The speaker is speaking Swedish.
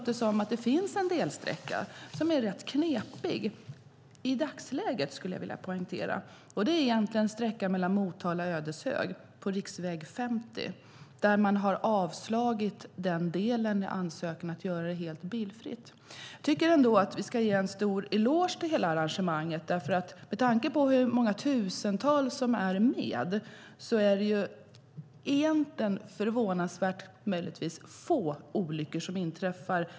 Det finns en delsträcka som är rätt knepig i dagsläget. Det är sträckan mellan Motala och Ödeshög på riksväg 50. Här har man avslagit ansökan om att göra det helt bilfritt. Vi ska ändå ge en stor eloge till hela arrangemanget. Med tanke på hur många tusentals som deltar är det förvånansvärt få olyckor som inträffar.